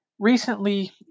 Recently